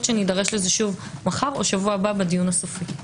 שנידרש לזה שוב מחר או שבוע הבא בדיון הסופי.